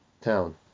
town